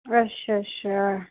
अच्छा अच्छा अच्छा